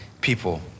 people